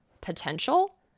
potential